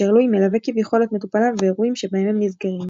כאשר לואי מלווה כביכול את מטופליו באירועים שבהם הם נזכרים.